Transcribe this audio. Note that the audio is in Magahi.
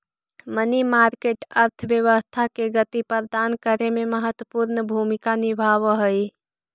मनी मार्केट अर्थव्यवस्था के गति प्रदान करे में महत्वपूर्ण भूमिका निभावऽ हई